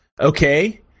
Okay